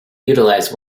utilize